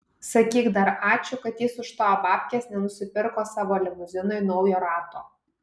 sakyk dar ačiū kad jis už tavo babkes nenusipirko savo limuzinui naujo rato